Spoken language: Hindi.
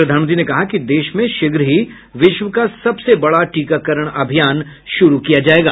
प्रधानमंत्री ने कहा कि देश में शीघ्र ही विश्व का सबसे बड़ा टीकाकरण अभियान शुरू किया जायेगा